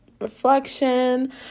reflection